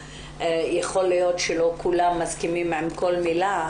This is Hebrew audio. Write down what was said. יכול להיות שלא כולם מסכימים עם כל מילה,